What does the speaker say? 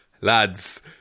Lads